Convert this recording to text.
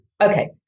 okay